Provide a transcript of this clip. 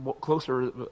closer